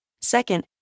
Second